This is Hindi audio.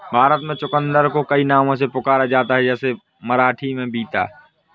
भारत में चुकंदर को कई नामों से पुकारा जाता है जैसे मराठी में बीता